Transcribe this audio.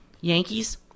Yankees